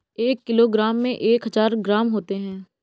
एक किलोग्राम में एक हजार ग्राम होते हैं